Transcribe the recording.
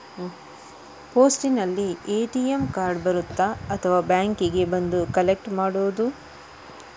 ಪೋಸ್ಟಿನಲ್ಲಿ ATM card ಬರುತ್ತಾ ಅಥವಾ ಬ್ಯಾಂಕಿಗೆ ಬಂದು ಕಲೆಕ್ಟ್ ಮಾಡುವುದು?